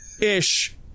ish